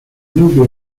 nubia